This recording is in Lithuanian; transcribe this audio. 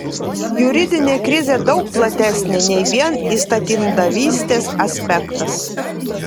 juridinė krizė daug platesnė nei vien įstatymdavystės aspektas